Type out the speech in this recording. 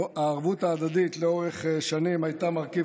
הערבות ההדדית לאורך שנים הייתה מרכיב